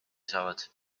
saavad